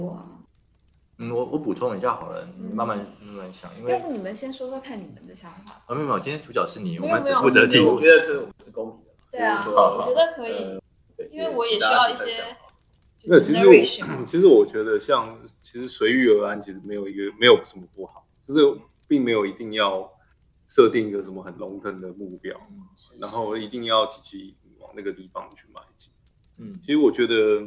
道怎么说啊。嗯，我- 我补充一下好了，你慢慢嗯。慢慢想，因为-要不你们先说说看你们的想法。啊，没有，没有，今天主角是你，我们没有，没有。只负责记录。我觉得这个我们是公平的，就是对啊，说，好，好。我觉得可以，呃，对，因为我也需要就是请大家先一些，分享好。就是那其实我-narration嘛。 其实我觉得像- 其实随遇而安其实没有一个- 没有什么不好，就是并没有一定要设定一个什么很long-term的目标，嗯，是，是。然后一定要积极往那个地方去迈进。嗯。其实我觉得